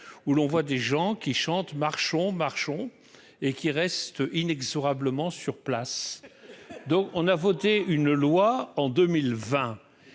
où l'on voit des gens qui chantent Marchons, marchons et qui reste inexorablement sur place, dont on a voté une loi en 2020